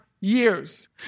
years